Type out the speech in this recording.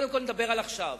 קודם כול, אני מדבר על עכשיו.